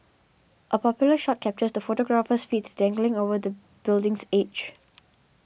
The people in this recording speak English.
a popular shot captures the photographer's feet dangling over the building's edge